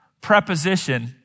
preposition